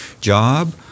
Job